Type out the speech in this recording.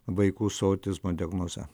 vaikų su autizmo diagnoze